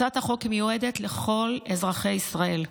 הצעת החוק מיועדת לכל אזרחי ישראל.